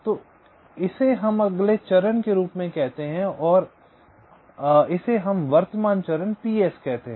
तो इसे हम अगले चरण के रूप में कहते हैं और इसे हम वर्तमान चरण PS कहते हैं